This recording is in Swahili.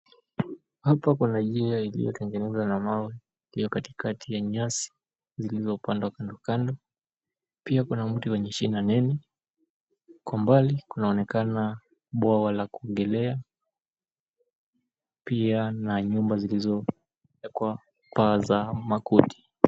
Hapa kuna njia iliyotengenezwa na mawe ikiwa katikati ya nyasi zilizopandwa kandokando. Pia kuna mti wenye shina nene. Kwa umbali kunaonekana bwawa la kuogelea. Pia na nyumba zilizowekwa paa za makuti.